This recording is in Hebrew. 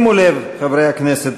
חברי הכנסת,